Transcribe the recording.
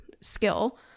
skill